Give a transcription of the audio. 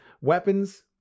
weapons